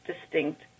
distinct